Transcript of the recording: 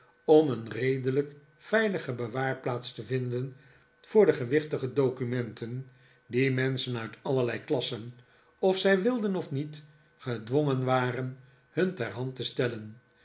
om een redelijk veilige bewaarplaats te vinden voor de gewichtige documenten die menschen uit allerlei klassen of zij wilden of niet gedwongen waren hun ter hand te stellen